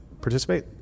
participate